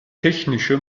technische